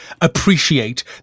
appreciate